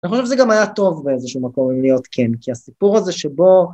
אני חושב שזה גם היה טוב באיזשהו מקום להיות כן, כי הסיפור הזה שבו...